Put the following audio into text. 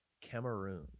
Cameroon